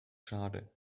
schade